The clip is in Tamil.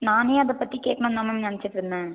நானே அதைப் பற்றி கேட்கணும்னு தான் மேம் நினைச்சிட்டு இருந்தேன்